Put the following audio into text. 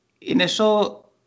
initial